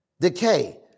Decay